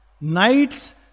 night's